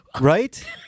Right